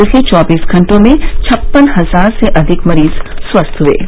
पिछले चौबीस घंटों में छप्पन हजार से अधिक मरीज स्वस्थ्य हुए हैं